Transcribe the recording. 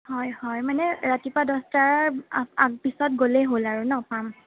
হয় হয় মানে ৰাতিপুৱা দহটাৰ পিছত গ'লে হ'ল আৰু ন' পাম